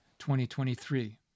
2023